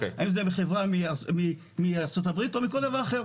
האם זה מחברה מארצות הברית או מכל מקום אחר.